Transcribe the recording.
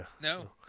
no